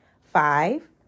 Five